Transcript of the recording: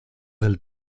del